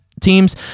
teams